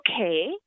Okay